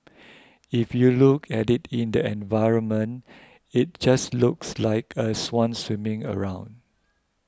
if you look at it in the environment it just looks like a swan swimming around